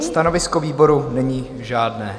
Stanovisko výboru není žádné.